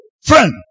Friend